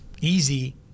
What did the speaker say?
Easy